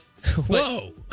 Whoa